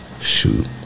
Shoot